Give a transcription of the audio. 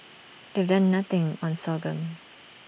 they've done nothing on sorghum